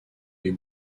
les